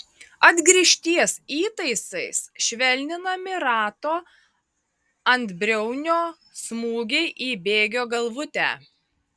atgrįžties įtaisais švelninami rato antbriaunio smūgiai į bėgio galvutę